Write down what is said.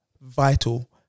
vital